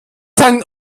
sein